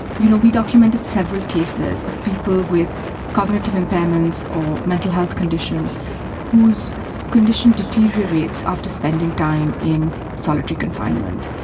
you know, we documented several cases of people with cognitive impairments or mental health conditions whose condition deteriorates after spending time in solitary confinement.